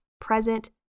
present